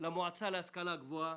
בכל הקשור למועצה להשכלה גבוהה,